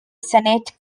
senate